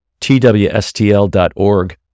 twstl.org